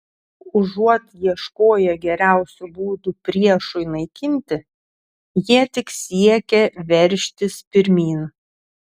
užuot ieškoję geriausių būdų priešui naikinti jie tik siekė veržtis pirmyn